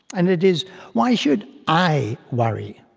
and it is why should i worry.